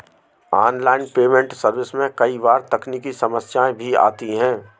online payment service में कई बार तकनीकी समस्याएं भी आती है